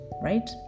right